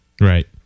right